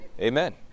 Amen